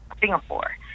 Singapore